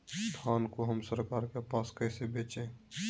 धान को हम सरकार के पास कैसे बेंचे?